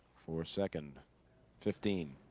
for second fifteen.